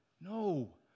No